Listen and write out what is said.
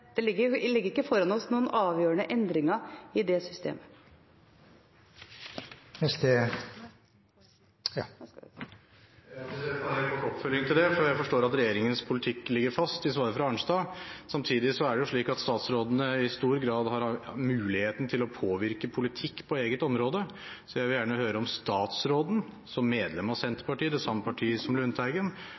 Det ligger ikke foran oss noen avgjørende endringer i det systemet. Bare en kort oppfølging, for jeg forstår at regjeringens politikk ligger fast, ut fra svaret til statsråd Arnstad. Samtidig er det slik at statsrådene i stor grad har muligheten til å påvirke politikk på eget område. Jeg vil gjerne høre om statsråden, som medlem av Senterpartiet, det samme partiet som Lundteigen,